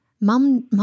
Mum